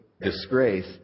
disgrace